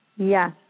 Yes